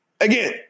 Again